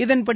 இதன்படி